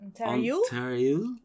Ontario